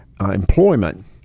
employment